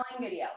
video